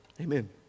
Amen